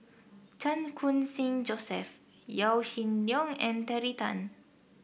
Chan Khun Sing Joseph Yaw Shin Leong and Terry Tan